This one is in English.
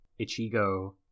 Ichigo